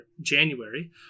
January